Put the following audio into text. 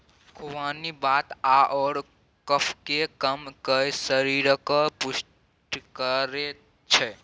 खुबानी वात आओर कफकेँ कम कए शरीरकेँ पुष्ट करैत छै